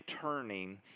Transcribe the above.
turning